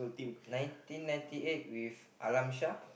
nineteen ninety eight with Alamshar